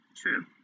True